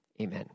Amen